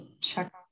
check